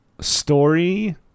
story